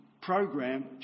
program